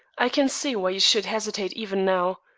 i can see why you should hesitate even now.